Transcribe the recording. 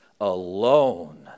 alone